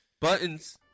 buttons